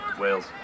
Wales